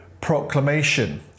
proclamation